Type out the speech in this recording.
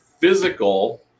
physical